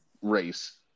race